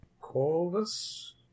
Corvus